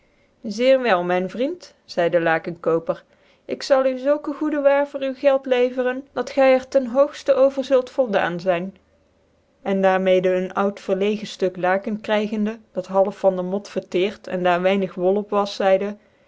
zeer wel myn vriend zcidc de l ikcnkoper ik zal u zulke goede waar voor u geld leveren dat gy c'r ten hoogitc over zult voldaan zyn cn daar mede een oud verlegen ftuk laken krygendc dat half van de mot verteert en daar weinig wol op was zcidc